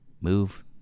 move